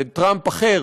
זה טראמפ אחר,